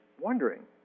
wondering